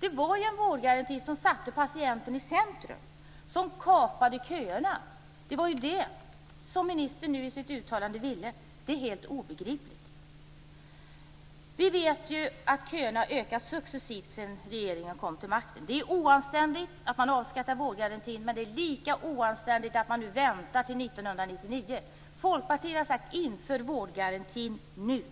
Den satte ju patienten i centrum och gjorde att köerna kapades. Det var det som ministern i sitt uttalande ville. Det är helt obegripligt. Vi vet att köerna successivt ökat sedan den socialdemokratiska regeringen kom till makten. Det är oanständigt att man avskaffade vårdgarantin, och det är lika oanständigt att man väntar till 1999. Folkpartiet har sagt: Inför vårdgarantin nu.